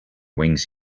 wings